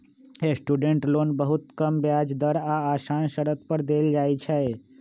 student loan बहुते कम ब्याज दर आऽ असान शरत पर देल जाइ छइ